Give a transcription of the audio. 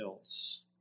else